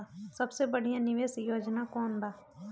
सबसे बढ़िया निवेश योजना कौन बा?